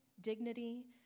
dignity